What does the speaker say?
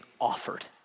offered